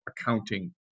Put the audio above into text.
accounting